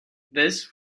this